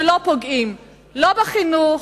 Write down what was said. שלא פוגעים לא בחינוך,